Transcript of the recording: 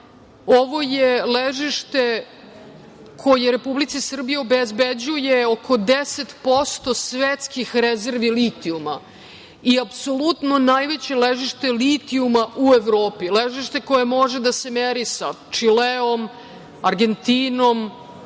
ovo je ležište koje Republici Srbiji obezbeđuje oko 10% svetskih rezervi litijuma i apsolutno najveće ležište litijuma u Evropi, ležište koje može da se meri sa Čileom, Argentinom,